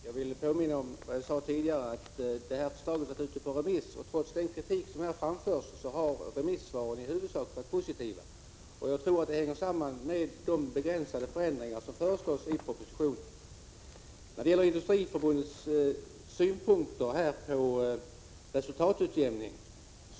Herr talman! Jag vill påminna om vad jag tidigare sagt, nämligen att det här förslaget varit ute på remiss. Även om kritik framförts, har remissvaren i huvudsak varit positiva. Jag tror att det hänger samman med de begränsade förändringar som föreslås i propositionen. Sedan något om Industriförbundets synpunkter på resultatutjämningen.